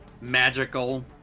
magical